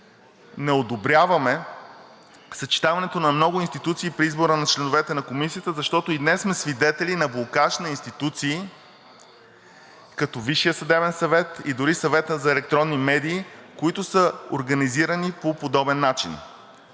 Не одобряваме съчетаването на много институции при избора на членовете на Комисията, защото и днес сме свидетели на блокаж на институции като Висшия съдебен съвет и дори Съвета за електронни медии, които са организирани по подобен начин.